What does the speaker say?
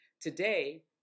Today